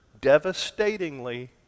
devastatingly